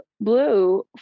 blue